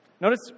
Notice